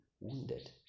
wounded